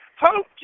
hope